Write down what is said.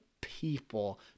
people